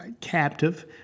captive